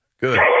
Good